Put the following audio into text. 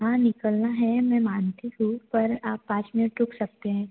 हाँ निकलना है मैं मानती हूँ पर आप पाँच मिनट रुक सकते हैं